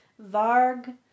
varg